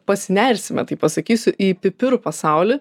pasinersime taip pasakysiu į pipirų pasaulį